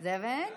זה הבן?